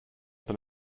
than